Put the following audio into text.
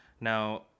now